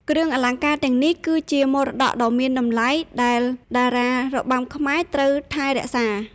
គ្រឿងអលង្ការទាំងនេះគឺជាមរតកដ៏មានតម្លៃដែលតារារបាំខ្មែរត្រូវថែរក្សា។